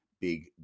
big